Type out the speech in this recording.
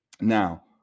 Now